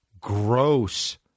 gross